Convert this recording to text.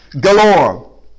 galore